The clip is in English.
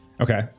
okay